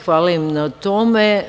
Hvala im na tome.